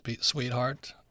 sweetheart